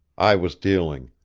i was dealing.